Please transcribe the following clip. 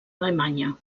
alemanya